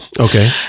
Okay